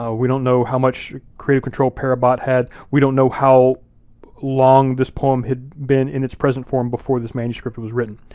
we don't know how much creative control per abbat had, we don't know how long this poem had been in its present form before this manuscript was written.